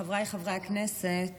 חבריי חברי הכנסת,